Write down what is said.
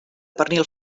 pernil